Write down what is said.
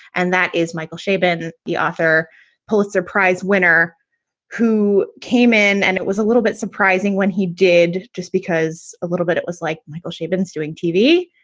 and that is michael chabon, the author pulitzer prize winner who came in. and it was a little bit surprising when he did, just because a little bit it was like michael shebeens doing tv.